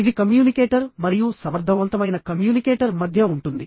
ఇది కమ్యూనికేటర్ మరియు సమర్థవంతమైన కమ్యూనికేటర్ మధ్య ఉంటుంది